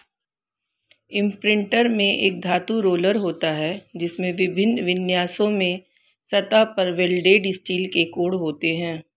imprinter में एक धातु रोलर होता है, जिसमें विभिन्न विन्यासों में सतह पर वेल्डेड स्टील के कोण होते हैं